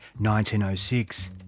1906